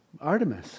Artemis